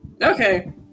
Okay